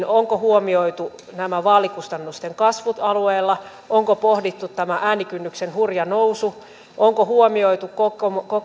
onko huomioitu vaalikustannusten kasvut alueella onko pohdittu tämä äänikynnyksen hurja nousu onko huomioitu kokemukset